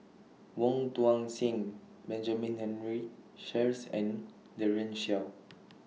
Wong Tuang Seng Benjamin Henry Sheares and Daren Shiau